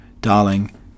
Darling